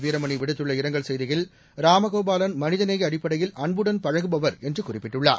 வீரமணி விடுத்துள்ள இரங்கல் செய்தியில் ராமகோபாலன் மனிதநேய அடிப்படையில் அன்புடன் பழகுபவர் என்று குறிப்பிட்டுள்ளார்